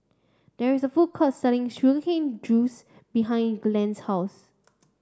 there is a food court selling cane juice behind Glynn's house